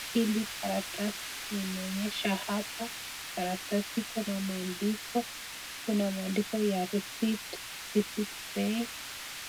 Hili karatasi yenye imeonyeshwa hapa, ni karatasi iko na maandiko, kuna maandiko ya receipt paid